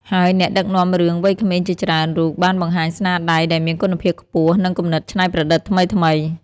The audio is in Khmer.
ហើយអ្នកដឹកនាំរឿងវ័យក្មេងជាច្រើនរូបបានបង្ហាញស្នាដៃដែលមានគុណភាពខ្ពស់ និងគំនិតច្នៃប្រឌិតថ្មីៗ។